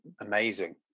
amazing